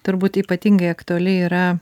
turbūt ypatingai aktuali yra